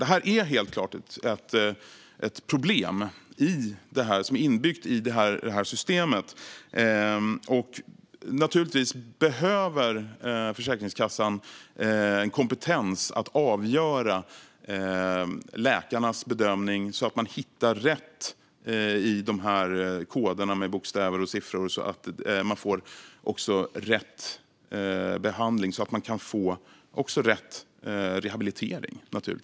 Det här är helt klart ett problem som är inbyggt i systemet. Försäkringskassan behöver naturligtvis ha kompetens att avgöra läkarnas bedömning, så att man hittar rätt i koderna med bokstäver och siffror och människor får rätt behandling och rätt rehabilitering.